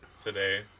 today